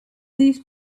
these